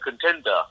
contender